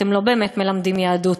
אתם לא באמת מלמדים יהדות.